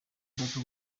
udapfa